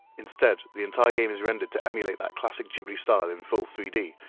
instead, the entire game is rendered to emulate that classic ghibli style in full three d,